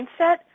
mindset